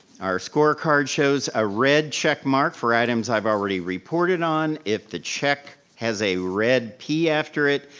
our scorecard shows a red check mark for items i've already reported on, if the check has a red p after it,